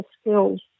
skills